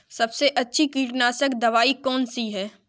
सबसे अच्छी कीटनाशक दवाई कौन सी है?